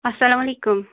اَسلامُ علیکُم